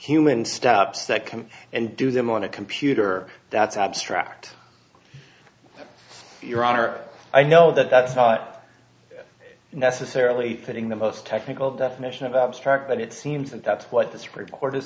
can and do them on a computer that's abstract your honor i know that that's not necessarily putting the most technical definition of abstract but it seems that that's what the supreme court